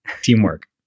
Teamwork